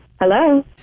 Hello